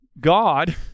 God